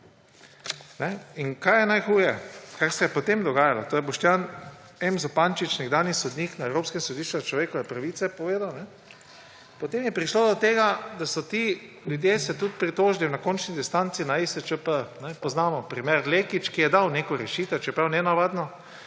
In kaj je najhuje? Kar se je potem dogajalo, to je Boštjan M. Zupančič, nekdanji sodnik na Evropskem sodišču za človekove pravice, povedal, potem je prišlo do tega, da so se ti ljudje tudi pritožili na končni instanci – na ESČP. Poznamo primer Lekić, ki je dal neko rešitev, čeprav nenavadno,